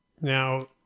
Now